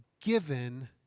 given